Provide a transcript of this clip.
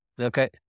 Okay